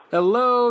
Hello